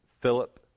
Philip